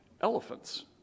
elephants